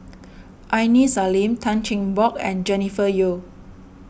Aini Salim Tan Cheng Bock and Jennifer Yeo